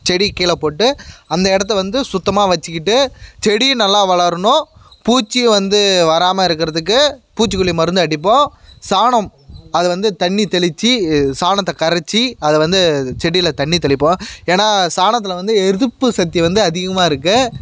செடிக்கீழே போட்டு அந்த இடத்த வந்து சுத்தமாக வச்சிக்கிட்டு செடியும் நல்லா வளரணும் பூச்சியும் வந்து வராமல் இருக்குகிறதுக்கு பூச்சிக்கொல்லி மருந்து அடிப்போம் சாணம் அதை வந்து தண்ணி தெளித்து சாணத்தை கரைச்சி அதை வந்து செடியில் தண்ணி தெளிப்போம் ஏன்னா சாணத்தில் வந்து எதிர்ப்பு சக்தி வந்து அதிகமாக இருக்கு